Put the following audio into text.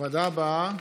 הוועדה הבאה,